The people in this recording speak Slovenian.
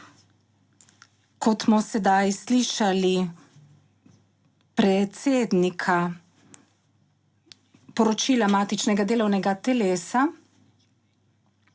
kot smo sedaj slišali predsednika poročila matičnega delovnega telesa,